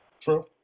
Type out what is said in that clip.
True